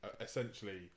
essentially